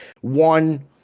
one